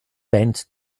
bent